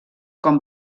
com